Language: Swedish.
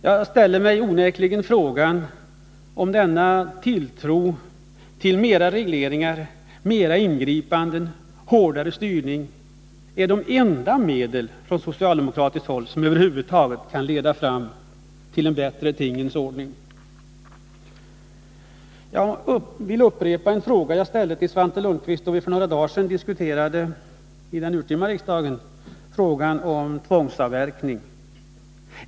Jag ställer mig frågan om denna tilltro till mera regleringar, mera ingripanden, hårdare styrning, är det enda som enligt socialdemokraterna över huvud taget kan leda fram till en bättre tingens ordning. Jag vill upprepa en fråga som jag ställde till Svante Lundkvist då vi i den urtima riksdagen diskuterade tvångsavverkning.